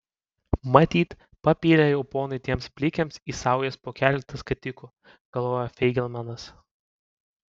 matyt papylė jau ponai tiems plikiams į saujas po keletą skatikų galvojo feigelmanas